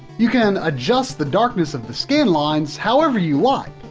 you can adjust the darkness of the scanlines however you like.